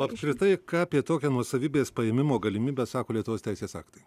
o apskritai ką apie tokią nuosavybės paėmimo galimybę sako lietuvos teisės aktai